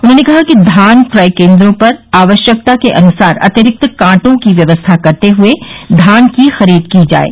उन्होंने कहा कि धान क्रय केन्द्रों पर आवश्यकता के अनुसार अतिरिक्त कांटों की व्यवस्था करते हुए धान की खरीद की जाये